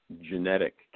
genetic